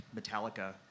Metallica